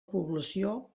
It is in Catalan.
població